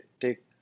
take